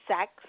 sex